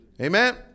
Amen